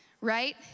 Right